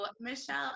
Michelle